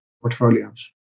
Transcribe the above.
portfolios